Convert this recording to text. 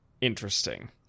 interesting